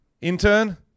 Intern